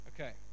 Okay